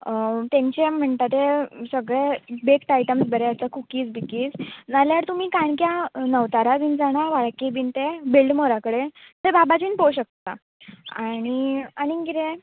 तेंचे म्हणटा ते सगळे बेक्ट आयटम्स बरे आसता कुकीज बिकीज नाल्यार तुमी काणक्या नवतारा बीन जाणा वाळके बीन तें बिल्ड मोरा कडेन ते बाबाजीन पोवं शकता आनी आनीक कितें